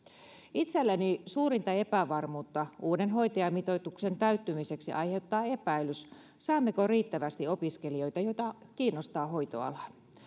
itselläni suurinta epävarmuutta uuden hoitajamitoituksen täyttymiseksi aiheuttaa epäilys siitä saammeko riittävästi opiskelijoita joita kiinnostaa hoitoala